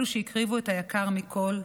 אלו שהקריבו את היקר מכול,